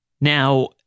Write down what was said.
Now